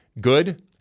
Good